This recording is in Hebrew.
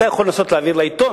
אתה יכול לנסות להעביר לעיתון,